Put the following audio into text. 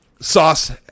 sauce